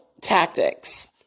tactics